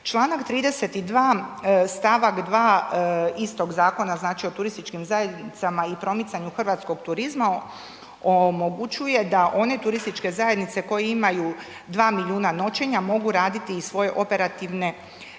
Članak 32. stavak 2. istog Zakona znači o turističkim zajednicama i promicanju hrvatskog turizma omogućuje da one turističke zajednice koje imaju 2 milijuna noćenja mogu raditi i svoje operativne